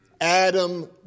Adam